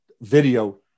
video